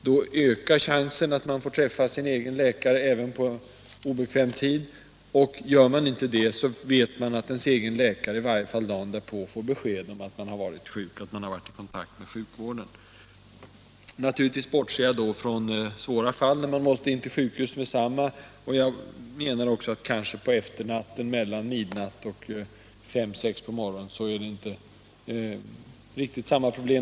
Då ökar chansen att man får träffa sin egen läkare även på obekväm tid, och gör man inte det, vet man i varje fall att ens egen läkare dagen därpå får besked om att man varit sjuk och att man varit i kontakt med sjukvården. Jag bortser naturligtvis då från de svåra sjukdomsfallen, då patienten måste in till sjukhuset med detsamma. Jag menar också att på efternatten, låt oss säga mellan midnatt och klockan fem eller sex på morgonen, är det inte riktigt samma problem.